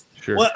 Sure